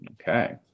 Okay